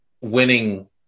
winning